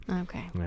Okay